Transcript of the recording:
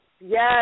yes